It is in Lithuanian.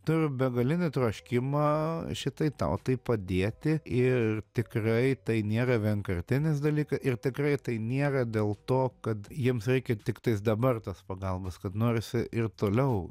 turiu begalinį troškimą šitai tautai padieti ir tikrai tai nėra vienkartinis dalyka ir tikrai tai niera dėl to kad jiems reikia tiktais dabar tos pagalbos kad norisi ir toliau